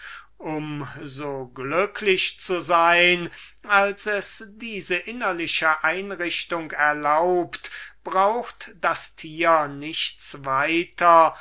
um so glücklich zu sein als es diese innerliche einrichtung erlaubt braucht das tier nichts weiter